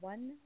One